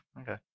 Okay